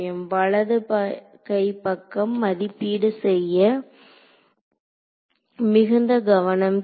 வலதுகைப் பக்கம் மதிப்பீடு செய்ய மிகுந்த கவனம் தேவை